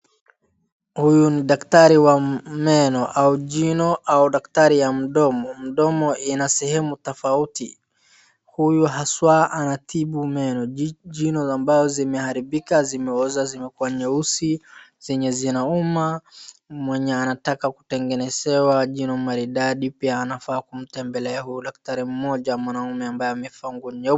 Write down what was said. Huyu ni daktari wa meno au jino au daktari ya mdomo. Mdomo ina sehemu tofauti. Huyu haswa anatibu meno. Jino ambayo zimeharibika, zimeoza zimekuwa nyeusi, zenye zinauma, mwenye anataka kutengenezewa jino maridadi pia anafaa kumtembelea huyu daktari mmoja mwanaume ambaye amevaa nguo nyeupe.